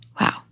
Wow